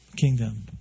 Kingdom